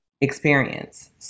experience